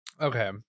Okay